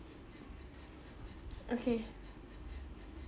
okay